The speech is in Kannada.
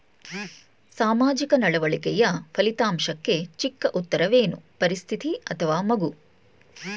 ಸಾಮಾಜಿಕ ನಡವಳಿಕೆಯ ಫಲಿತಾಂಶಕ್ಕೆ ಚಿಕ್ಕ ಉತ್ತರವೇನು? ಪರಿಸ್ಥಿತಿ ಅಥವಾ ಮಗು?